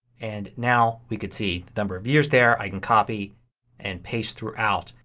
and now we could see the number of years there. i could copy and paste throughout.